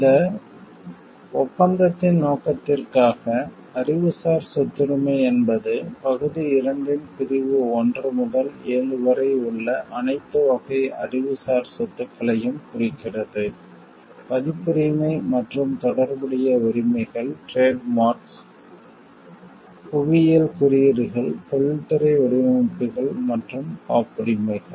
இந்த ஒப்பந்தத்தின் நோக்கத்திற்காக அறிவுசார் சொத்துரிமை என்பது பகுதி 2 இன் பிரிவு ஒன்று முதல் ஏழு வரை உள்ள அனைத்து வகை அறிவுசார் சொத்துக்களையும் குறிக்கிறது பதிப்புரிமை மற்றும் தொடர்புடைய உரிமைகள் டிரேட் மார்க்ஸ் புவியியல் குறியீடுகள் தொழில்துறை வடிவமைப்புகள் மற்றும் காப்புரிமைகள்